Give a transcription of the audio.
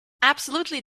absolutely